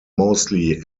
mostly